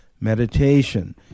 meditation